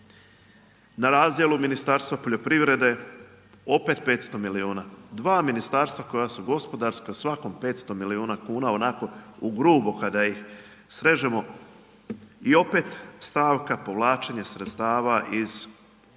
Na razdjelu Ministarstva poljoprivrede opet 500 milijuna. Dva ministarstva koja su gospodarska svakom 500 milijuna kuna onako u grubo kada ih srežemo i opet stavka povlačenje sredstava iz EU.